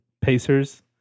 Pacers